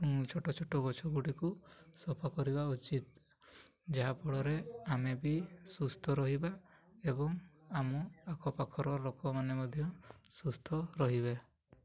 ଛୋଟ ଛୋଟ ଗଛ ଗୁଡ଼ିକୁ ସଫା କରିବା ଉଚିତ୍ ଯାହାଫଳରେ ଆମେ ବି ସୁସ୍ଥ ରହିବା ଏବଂ ଆମ ଆଖପାଖର ଲୋକମାନେ ମଧ୍ୟ ସୁସ୍ଥ ରହିବେ